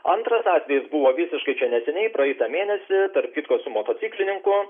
antras atvejis buvo visiškai čia neseniai praeitą mėnesį tarp kitko su motociklininku